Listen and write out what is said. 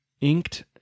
inked